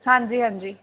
ਹਾਂਜੀ ਹਾਂਜੀ